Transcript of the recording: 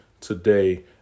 today